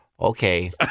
Okay